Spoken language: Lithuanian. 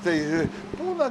tai pūna